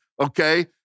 okay